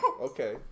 okay